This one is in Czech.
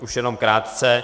Už jenom krátce.